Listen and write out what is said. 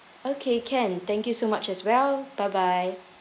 okay can thank you so much as well bye bye